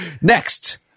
Next